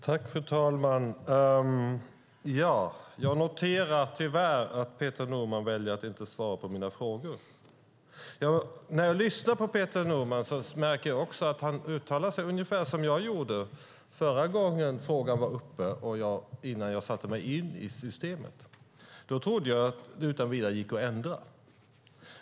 Fru talman! Jag noterar tyvärr att Peter Norman väljer att inte svara på mina frågor. När jag lyssnar på Peter Norman märker jag också att han uttalar sig ungefär som jag gjorde förra gången frågan var uppe, innan jag satte mig in i systemet. Då trodde jag att det utan vidare gick att ändra.